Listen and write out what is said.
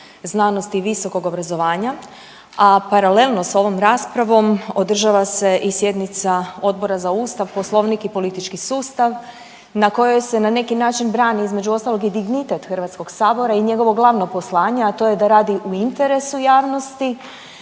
znanosti i visokog obrazovanja, a paralelno s ovom raspravom održava se i sjednica Odbora za ustav, poslovnik i politički sustav na kojoj se na neki način brani između ostalog i dignitet HS i njegovo glavno poslanje, a to je da radi u interesu javnosti,